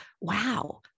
Wow